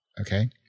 okay